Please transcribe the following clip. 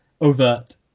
overt